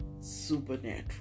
supernatural